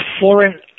foreign